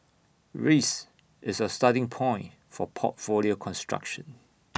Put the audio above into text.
risk is our starting point for portfolio construction